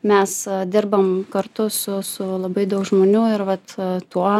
mes dirbam kartu su su labai daug žmonių ir vat tuo